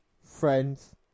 friends